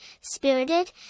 spirited